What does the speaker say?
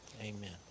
Amen